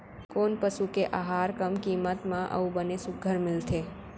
कोन पसु के आहार कम किम्मत म अऊ बने सुघ्घर मिलथे?